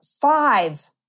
five